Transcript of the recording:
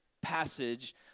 passage